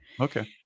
Okay